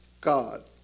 God